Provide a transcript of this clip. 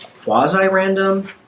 quasi-random